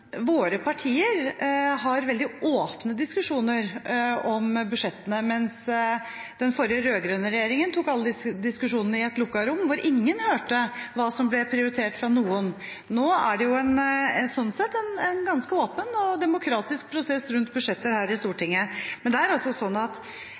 våre partier har veldig åpne diskusjoner om budsjettene, mens den forrige, rød-grønne, regjeringen tok alle disse diskusjonene i et lukket rom, hvor ingen hørte hva som ble prioritert av noen. Nå er det sånn sett en ganske åpen og demokratisk prosess rundt budsjetter her i